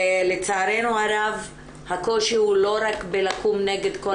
לצערנו הרב הקושי הוא לא רק בלקום נגד כל